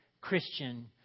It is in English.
Christian